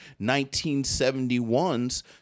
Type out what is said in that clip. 1971's